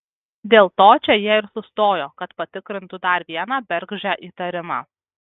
dėl to čia jie ir sustojo kad patikrintų dar vieną bergždžią įtarimą